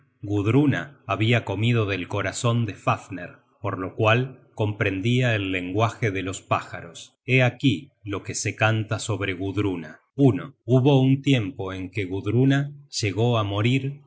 gudruna habia comido del corazon de fafner por lo cual comprendia el lenguaje de los pájaros hé aquí lo que se canta sobre gudruna hubo un tiempo en que gudruna llegó á morir